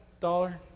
dollar